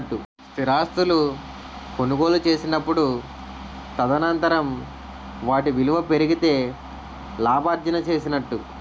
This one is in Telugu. స్థిరాస్తులు కొనుగోలు చేసినప్పుడు తదనంతరం వాటి విలువ పెరిగితే లాభార్జన చేసినట్టు